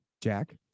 Jack